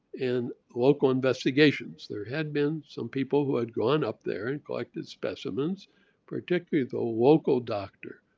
and local investigations. there had been some people who had gone up there and collected specimens particularly the local doctor,